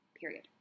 period